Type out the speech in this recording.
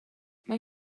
mae